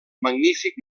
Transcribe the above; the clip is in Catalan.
magnífic